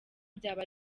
byaba